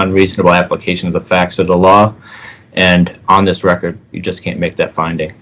unreasonable application of the facts of the law and on this record you just can't make that find